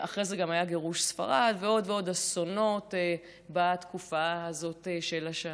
אחרי זה גם היה גירוש ספרד ועוד ועוד אסונות בתקופה הזאת של השנה.